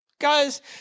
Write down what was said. Guys